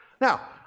Now